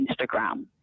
Instagram